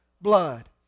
blood